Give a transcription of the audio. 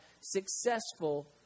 successful